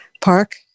park